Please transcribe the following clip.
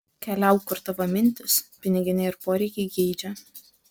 keliauk kur tavo mintys piniginė ir poreikiai geidžia